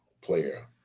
player